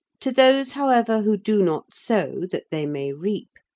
to those, however, who do not sow that they may reap,